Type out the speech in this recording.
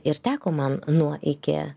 ir teko man nuo iki